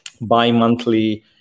bi-monthly